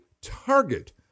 target